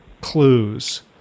clues